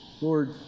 Lord